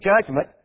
judgment